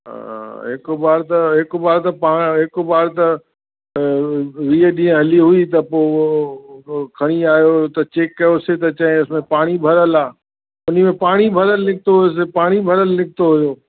हिकु बार त हिकु बार त पाण हिकु बार त वीह ॾींहं हली हुई त पोइ खणी आहियो त चैक कयोसीं त चइसि पाणी भरियलु आहे उन में पाणी भरियलु निकितो हुअसि पाणी भरियल निकितो हुओ